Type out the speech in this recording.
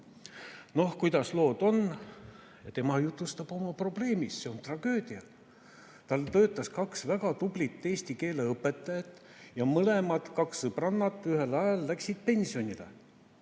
kuidas lood on? Tema jutustab oma probleemist: see on tragöödia. Tal töötas kaks väga tublit eesti keele õpetajat ja mõlemad, kaks sõbrannat, ühel ajal läksid pensionile.